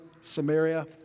Samaria